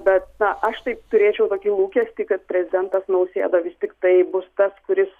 bet na aš tai turėčiau tokį lūkestį kad prezidentas nausėda vis tiktai bus tas kuris